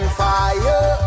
fire